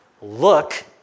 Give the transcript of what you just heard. Look